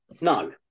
No